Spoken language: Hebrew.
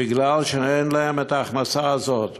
בגלל שאין להם ההכנסה הזאת.